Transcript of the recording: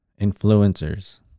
influencers